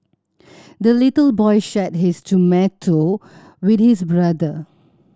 the little boy shared his tomato with his brother